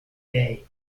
day